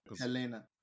Helena